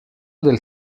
del